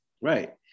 Right